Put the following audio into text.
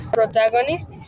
protagonist